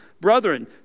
Brethren